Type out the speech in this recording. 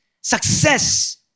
success